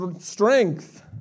strength